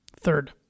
Third